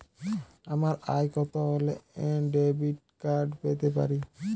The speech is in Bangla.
আমার আয় কত হলে ডেবিট কার্ড পেতে পারি?